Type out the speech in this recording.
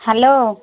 hello